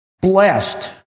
blessed